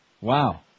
Wow